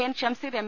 N Shamseer M